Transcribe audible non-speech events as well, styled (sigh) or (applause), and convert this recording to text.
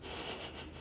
(noise)